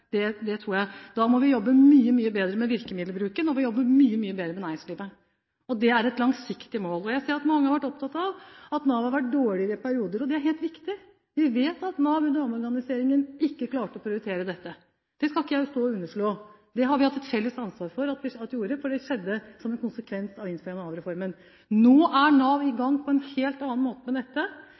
Da må vi jobbe mye, mye bedre med virkemiddelbruken, og vi må jobbe mye, mye bedre med næringslivet. Det er et langsiktig mål. Jeg ser at mange har vært opptatt av at Nav har vært dårligere i perioder, og det er helt riktig. Vi vet at Nav under omorganiseringen ikke klarte å prioritere dette. Det skal jeg ikke underslå. Det har vi et felles ansvar for, for det skjedde som en konsekvens av innføringen av Nav-reformen. Nå er Nav i gang på en helt annen måte med dette.